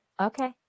Okay